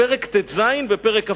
פרט ט"ז ופרק כ"ג.